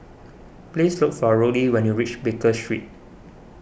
please look for Rollie when you reach Baker Street